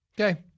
Okay